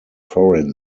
foreign